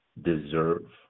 deserve